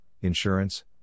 insurance